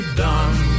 done